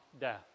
death